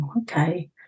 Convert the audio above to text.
okay